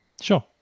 Sure